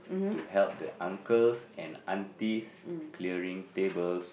to help the uncles and aunties clearing tables